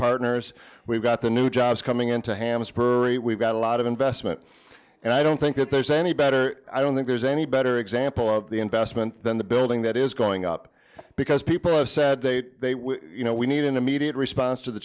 partners we've got the new jobs coming into hams perri we've got a lot of investment and i don't think that there's any better i don't think there's any better example of the investment than the building that is going up because people have said they you know we need an immediate response to the